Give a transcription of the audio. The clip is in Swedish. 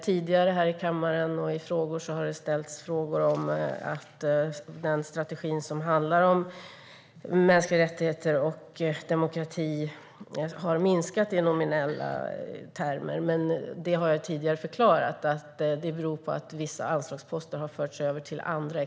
Tidigare här i kammaren har det ställts frågor om den strategi som handlar om mänskliga rättigheter och demokrati och om anslaget har minskat i nominella termer. Men jag har förklarat att vissa anslagsposter har förts över till andra.